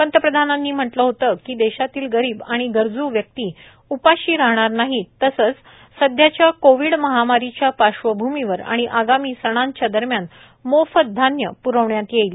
पंतप्रधानांनी म्हटलं होत की देशातील गरीब आणि गरजू व्यक्ति उपाशी राहणार नाहीत तसच सध्याच्या कोविड महामारीच्या पार्श्वभ्रमीवर आणि आगामी सणांच्या दरम्यान मोफत धान्य प्रवण्यात येईल